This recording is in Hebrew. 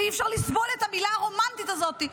אי-אפשר לסבול את המילה הרומנטית הזאת.